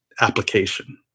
application